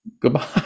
goodbye